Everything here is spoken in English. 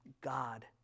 God